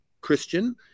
Christian